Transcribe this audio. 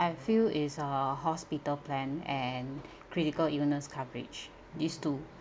I feel is uh hospital plan and critical illness coverage these two